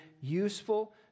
useful